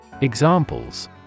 Examples